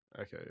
Okay